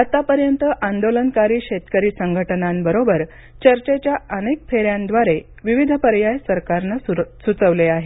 आतापर्यंत आंदोलनकरी शेतकरी संघटनांबरोबर चर्चेच्या अनेक फेर्याद्वारे विविध पर्याय सरकारने सुचवले आहेत